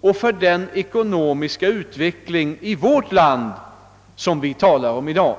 och för den ekonomiska utveckling i vårt land som vi talar om i dag.